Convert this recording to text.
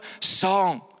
song